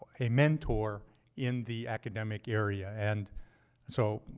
a mentor in the academic area. and so